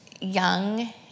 young